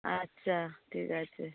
আচ্ছা ঠিক আছে